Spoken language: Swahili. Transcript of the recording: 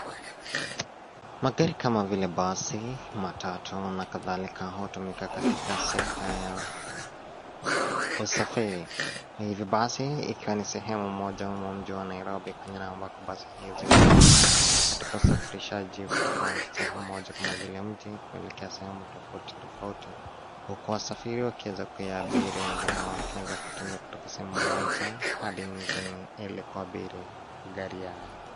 Magari kama vile basi, matatu na kadhalika hutumika katika sekta ya usafiri. Na hivyo basi ikiwa ni sehemu moja humu mji wa Nairobi, kwenye na ambako basi hizi hutumika katika usafirishaji kutoka sehemu moja kama vile mji kuelekea sehemu tofauti tofauti huku wasafiri wakiweza kuyaabiri wengine wakiweza kutembea kutoka sehemu moja hadi nyingine ili kuabiri gari hayo.